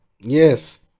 Yes